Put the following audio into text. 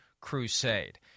crusade